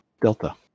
Delta